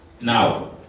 Now